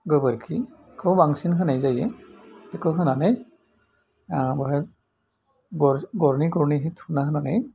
गोबोरखिखौ बांसिन होनाय जायो बेखौ होनानै बावहाय गर गरनै गरनैहै थुना होनानै